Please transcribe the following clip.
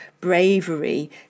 bravery